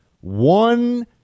one